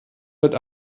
wird